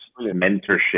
mentorship